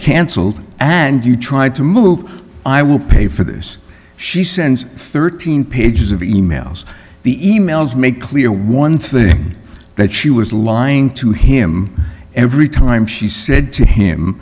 cancelled and you tried to move i will pay for this she sends thirteen pages of e mails the e mails make clear one thing that she was lying to him every time she said to him